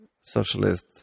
socialist